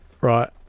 right